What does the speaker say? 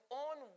own